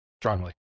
strongly